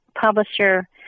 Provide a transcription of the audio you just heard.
publisher